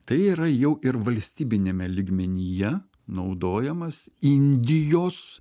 tai yra jau ir valstybiniame lygmenyje naudojamas indijos